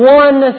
one